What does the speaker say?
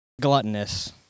Gluttonous